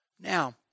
Now